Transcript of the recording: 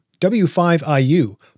W5IU